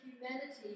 humanity